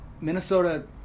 Minnesota